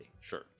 sure